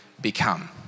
become